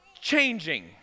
changing